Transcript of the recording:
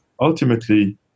ultimately